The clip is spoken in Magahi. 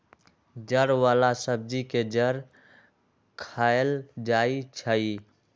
जड़ वाला सब्जी के जड़ खाएल जाई छई